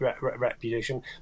reputation